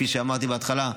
כפי שאמרתי בהתחלה,